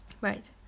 Right